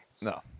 No